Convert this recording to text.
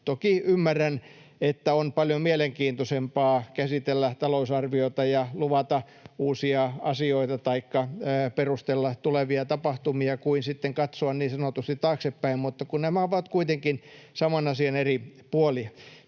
Toki ymmärrän, että on paljon mielenkiintoisempaa käsitellä talousarviota ja luvata uusia asioita taikka perustella tulevia tapahtumia kuin sitten katsoa niin sanotusti taaksepäin, mutta kun nämä ovat kuitenkin saman asian eri puolia.